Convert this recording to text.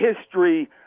history